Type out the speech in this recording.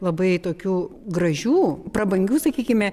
labai tokių gražių prabangių sakykime